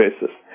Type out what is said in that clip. basis